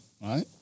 right